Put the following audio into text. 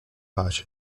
pace